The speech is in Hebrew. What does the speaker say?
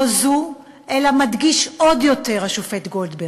לא זו, אלא מדגיש עוד יותר השופט גולדברג: